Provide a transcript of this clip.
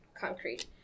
concrete